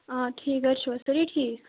آ ٹھیٖک گرِ چھِوا سٲری ٹھیٖک